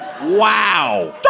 Wow